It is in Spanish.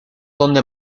donde